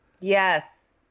yes